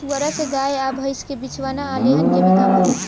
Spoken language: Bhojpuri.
पुआरा से गाय आ भईस के बिछवाना आ लेहन के भी काम होला